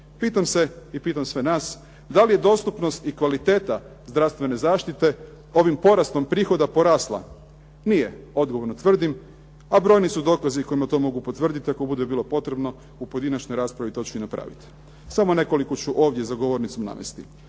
Pitam se i pitam sve nas, da li je dostupnost i kvalitete zdravstvene zaštite ovim porastom prihod porasla? Nije odgovorno tvrdim. A brojni su dokazi kojima to mogu potvrditi ako bude bilo potrebno u pojedinačnoj raspravi to ću i napraviti. Samo nekoliko ću ovdje za govornicom navesti.